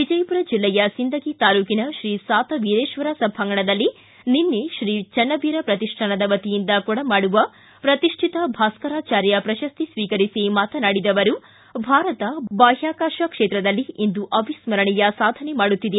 ವಿಜಯಪುರ ಜೆಲ್ಲೆಯ ಸಿಂದಗಿ ತಾಲೂಕಿನ ಶ್ರೀ ಸಾತವಿರೇಶ್ವರ ಸಭಾಂಗಣದಲ್ಲಿ ನಿನ್ನೆ ಶ್ರೀ ಚೆನ್ನವೀರ ಪ್ರತಿಷ್ಠಾನದ ವತಿಯಿಂದ ಕೊಡಮಾಡುವ ಪ್ರತಿಷ್ಠಿತ ಭಾಸ್ಕರಾಚಾರ್ಯ ಪ್ರಶಸ್ತಿ ಸ್ವೀಕರಿಸಿ ಮಾತನಾಡಿದ ಅವರು ಭಾರತ ಬಾಹ್ಕಕಾಶ ಕ್ಷೇತ್ರದಲ್ಲಿ ಇಂದು ಅವಿಸ್ಕರಣೀಯ ಸಾಧನೆ ಮಾಡುತ್ತಿದೆ